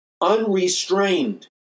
unrestrained